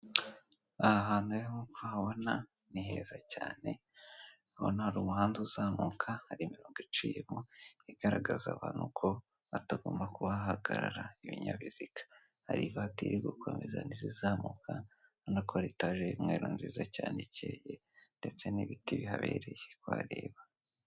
Aha hantu rero nkuko uhabona ni heza cyane ndabona hari umuhanda uzamuka hari imirongo iciyemo igaragaza aho hantu ko hatagomba kuhahagarara ibinyabiziga, hari ivatiri iri gukomeza n'izizamuka ubona ko ari etage y'umweru nziza cyane icyeye ndetse n'ibiti bihabereye kuhareba.